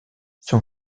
son